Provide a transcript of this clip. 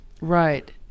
right